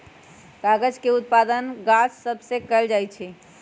कागज के उत्पादन गाछ सभ से कएल जाइ छइ